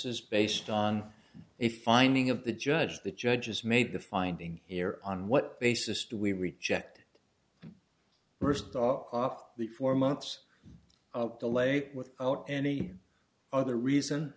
is based on a finding of the judge the judge has made the finding here on what basis do we reject first off the four months of the late without any other reason